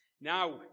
Now